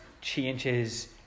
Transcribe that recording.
changes